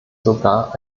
sogar